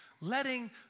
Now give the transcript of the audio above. Letting